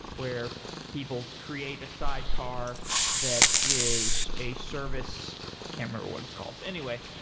where people create a sidecar that is a service camera, or what it's called anyway,